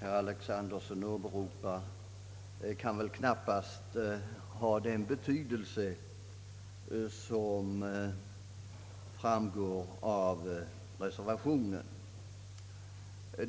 herr Alexanderson åberopar «kan väl knappast ha den betydelse som framgår av reservationen.